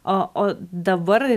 o o dabar